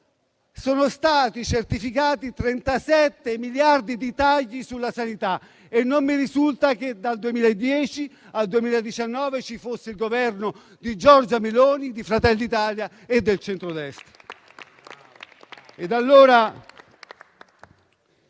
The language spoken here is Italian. sono stati certificati 37 miliardi di tagli sulla sanità, e non mi risulta che dal 2010 al 2019 ci fosse il Governo di Giorgia Meloni, di Fratelli d'Italia e del centrodestra.